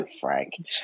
Frank